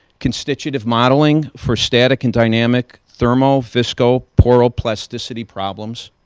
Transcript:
constitutive modeling for static and dynamic thermal visco poor ah poor elasticity problems,